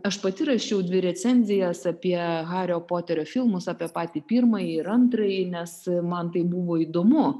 aš pati rašiau dvi recenzijas apie hario poterio filmus apie patį pirmąjį ir antrąjį nes man tai buvo įdomu